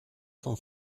vom